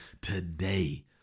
today